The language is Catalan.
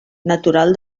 natural